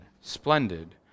Splendid